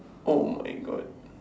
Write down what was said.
oh my god